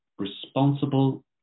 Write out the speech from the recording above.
responsible